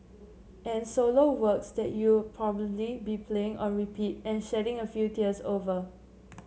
and solo works that you'll probably be playing on repeat and shedding a few tears over